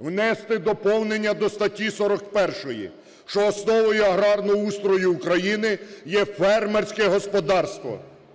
Внести доповнення до статті 41: що основою аграрного устрою України є фермерське господарство.